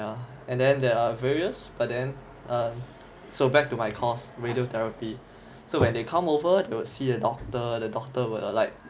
ya and then there are various but then uh so back to my course radiotherapy so when they come over you would see a doctor the doctor will like